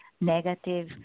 negative